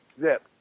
zip